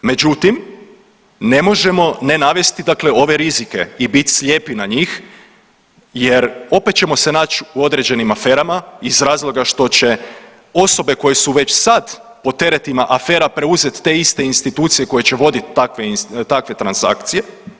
Međutim, ne možemo ne navesti dakle ove rizike i biti slijepi na njih jer opet ćemo se naći u određenim aferama iz razloga što će osobe koje su već sad pod teretima afera preuzeti te iste institucije koje će voditi takve, takve transakcije.